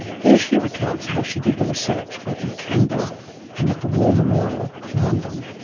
here she recounts how she did the research, both in canberra and at the war memorial in london.